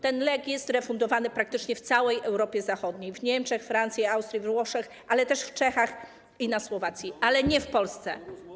Ten lek jest refundowany praktycznie w całej Europie Zachodniej: w Niemczech, we Francji, w Austrii, we Włoszech, również w Czechach i na Słowacji, ale nie w Polsce.